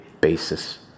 basis